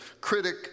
critic